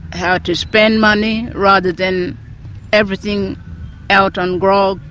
how to spend money rather than everything out on grog,